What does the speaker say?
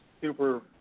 super